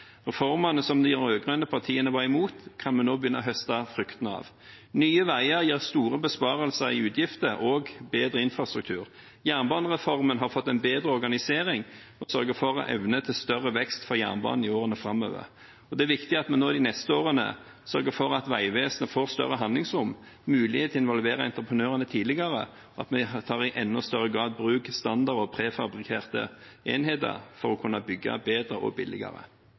Reformene, som de rød-grønne partiene var imot, kan vi nå begynne å høste fruktene av. Nye Veier gir store besparelser i utgifter og bedre infrastruktur. Jernbanereformen har fått en bedre organisering og sørger for – og evner – større vekst for jernbanen i årene framover. Det er viktig at vi nå de neste årene sørger for at Vegvesenet får større handlingsrom, mulighet til å involvere entreprenørene tidligere, og at vi i enda større grad tar i bruk standard og prefabrikerte enheter for å kunne bygge bedre og billigere.